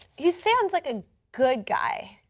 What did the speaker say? he sounds like a good guy.